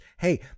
Hey